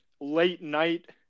late-night